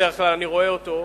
בדרך כלל, אני רואה אותו,